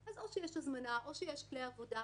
אז או שיש הזמנה או שיש כלי עבודה.